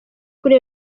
kuri